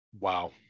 Wow